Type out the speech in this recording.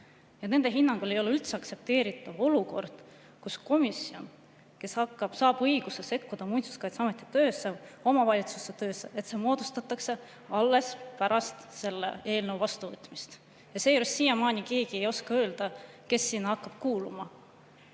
Nende hinnangul ei ole üldse aktsepteeritav olukord, kus komisjon, kes saab õiguse sekkuda Muinsuskaitseameti töösse, omavalitsuse töösse, moodustatakse alles pärast selle eelnõu vastuvõtmist, ja seejuures siiamaani keegi ei oska öelda, kes sinna hakkab kuuluma.